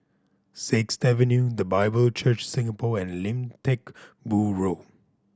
Sixth Avenue The Bible Church Singapore and Lim Teck Boo Road